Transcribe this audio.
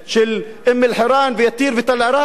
אום-אלחיראן ועתיר ותל-עראד.